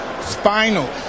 Spinal